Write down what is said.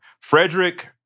Frederick